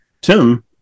Tim